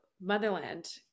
motherland